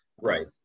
right